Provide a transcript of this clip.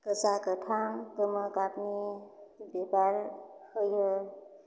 गोजा गोथां गोमो गाबनि बिबार होयो